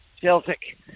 Celtic